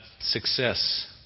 success